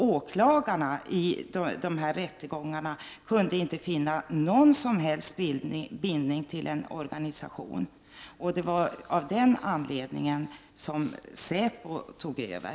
Åklagarna i rättegången kunde inte finna någon som helst bindning till en viss organisation. Det var av den anledningen som säpo tog över.